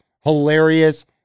hilarious